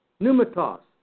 pneumatos